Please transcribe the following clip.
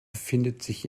befindet